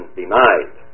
denied